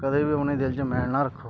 ਕਦੇ ਵੀ ਆਪਣੇ ਦਿਲ 'ਚ ਮੈਲ ਨਾ ਰੱਖੋ